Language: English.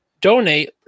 donate